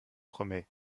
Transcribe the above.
promet